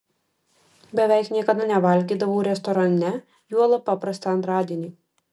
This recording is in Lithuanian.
beveik niekada nevalgydavau restorane juolab paprastą antradienį